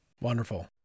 Wonderful